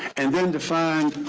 and then to find